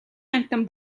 амьтан